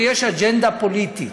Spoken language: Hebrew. ויש אג'נדה פוליטית.